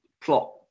plot